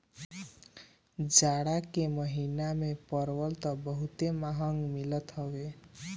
जाड़ा के महिना में परवल तअ बहुते महंग मिलत हवे